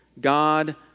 God